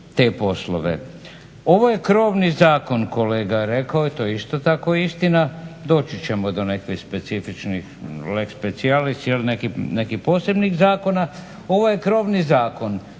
Ovo je krovni zakon kolege ja rekao. To je isto tako istina, doći ćemo do nekakvih specifičnih lex specialis, nekih posebnih zakona. Ovo je krovni zakon,